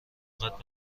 فقط